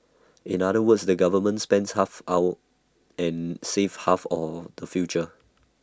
in other words the government spends half our and saves half or the future